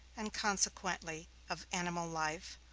and, consequently, of animal life,